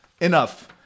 enough